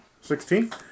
Sixteen